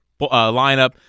Lineup